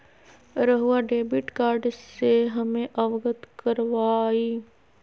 रहुआ debit card से हमें अवगत करवाआई?